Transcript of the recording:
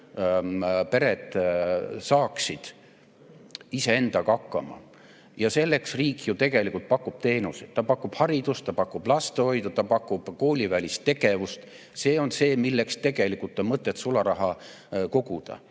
Ja selleks riik ju tegelikult pakub teenuseid, ta pakub haridust, ta pakub lastehoidu, ta pakub koolivälist tegevust. See on see, milleks tegelikult on mõtet sularaha koguda